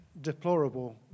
deplorable